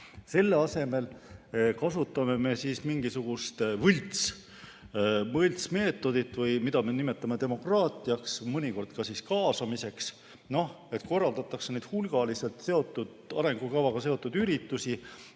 Selle asemel kasutame me mingisugust võltsmeetodit, mida me nimetame demokraatiaks, mõnikord ka kaasamiseks. Korraldatakse hulgaliselt arengukavaga seotud üritusi